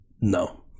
No